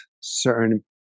certain